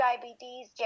diabetes